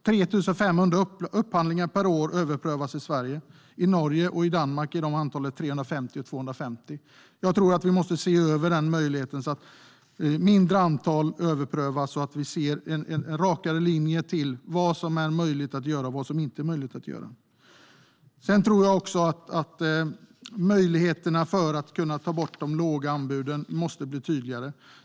3 500 upphandlingar per år överprövas i Sverige. I Norge och Danmark är antalen 350 och 250. Vi måste se över den möjligheten så att ett mindre antal överprövas och så att det blir en rakare linje i fråga om vad som är möjligt att göra och inte. Möjligheterna för att ta bort de låga anbuden måste också bli tydligare.